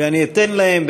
ואני אתן להם,